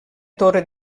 torre